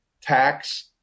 tax